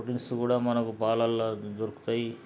proteins కూడా మనకు పాలల్లో దొరుకుతాయి